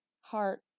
Heart